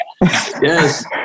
Yes